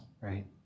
right